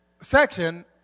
section